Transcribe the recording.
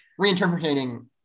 reinterpreting